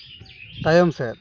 ᱛᱟᱭᱚᱢ ᱥᱮᱫ